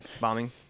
bombing